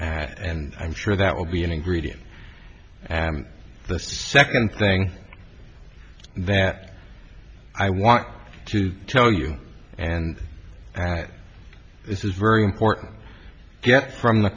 and i'm sure that will be an ingredient and the second thing that i want to tell you and this is very important